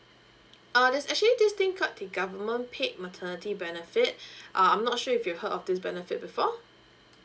uh there's actually this thing called the government paid maternity benefit uh I'm not sure if you heard of this benefit before